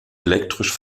elektrisch